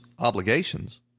obligations